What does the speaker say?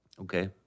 Okay